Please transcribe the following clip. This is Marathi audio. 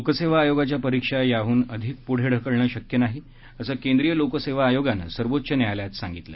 लोकसेवा आयोगाच्या परीक्षा याहून अधिक पुढे ढकलणं शक्य नाही असं केंद्रीय लोकसेवा आयोगानं सर्वोच्च न्यायालयात आज सांगितलं